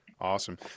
Awesome